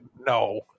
no